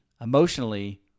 emotionally